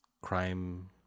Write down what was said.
crime